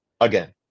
again